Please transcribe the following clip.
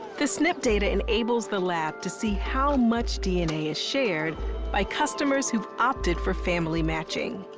the snp data enables the lab to see how much dna is shared by customers who've opted for family matching.